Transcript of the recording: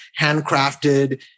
handcrafted